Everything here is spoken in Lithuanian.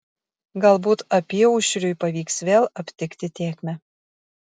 galbūt apyaušriui pavyks vėl aptikti tėkmę